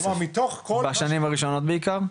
בשנים הראשונות בעיקר?